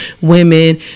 women